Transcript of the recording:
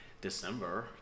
December